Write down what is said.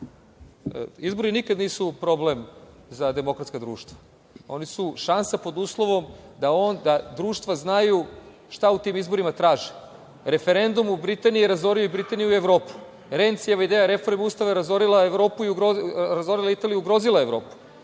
izbori nikad nisu problem za demokratska društva. Oni su šansa pod uslovom da onda društva znaju šta u tim izborima traže. Referendum u Britaniji je razorio i Britaniju i Evropu. Rencijeva ideja reforme ustava je razorila Evropu